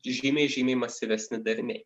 žymiai žymiai masyvesni dariniai